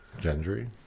Gendry